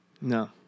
No